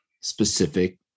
specific